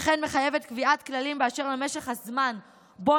וכן היא מחייבת קביעת כללים באשר למשך הזמן שבו